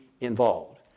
Involved